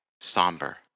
somber